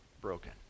broken